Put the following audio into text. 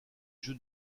jeu